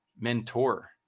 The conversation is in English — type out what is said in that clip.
mentor